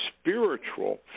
spiritual